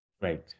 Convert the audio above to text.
Great